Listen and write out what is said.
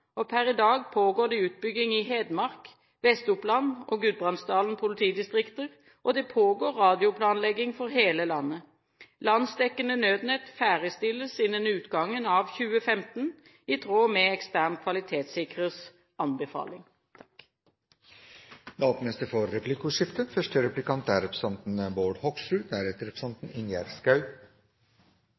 gang. Per i dag pågår det utbygging i Hedmark, Vest-Oppland og Gudbrandsdalen politidistrikter, og det pågår radioplanlegging for hele landet. Landsdekkende Nødnett ferdigstilles innen utgangen av 2015, i tråd med ekstern kvalitetssikrers anbefaling. Det blir replikkordskifte. Det er